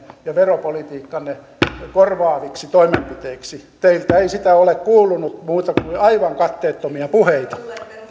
ja veropolitiikkanne korvaaviksi toimenpiteiksi teiltä ei sitä ole kuulunut muuta kuin aivan katteettomia puheita